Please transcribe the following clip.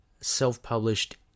self-published